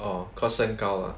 orh cause 身高 lah